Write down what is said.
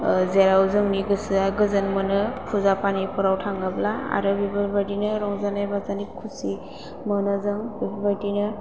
जेराव जोंनि गोसोया गोजोन मोनो फुजा फानिफोराव थाङोब्ला आरो बेफोर बादिनो रंजानाय बाजानायखौ मोनो जों बेफोर बादिनो